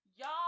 Y'all